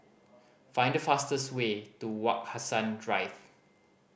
find the fastest way to Wak Hassan Drive